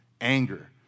anger